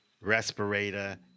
respirator